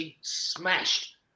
smashed